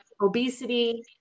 obesity